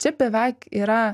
čia beveik yra